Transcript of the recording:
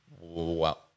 wow